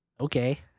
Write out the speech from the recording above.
okay